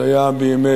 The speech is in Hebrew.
זה היה בימי